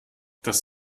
das